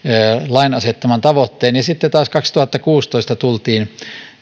lain asettaman tavoitteen sitten taas kaksituhattakuusitoista tultiin